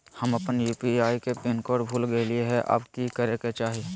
हम अपन यू.पी.आई के पिन कोड भूल गेलिये हई, अब की करे के चाही?